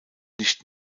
nicht